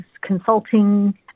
consulting